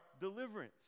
deliverance